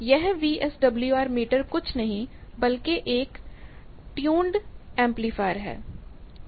यह VSWR meter कुछ नहीं बल्कि एक ट्यून्ड एमप्लीफायर है